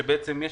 שבעצם,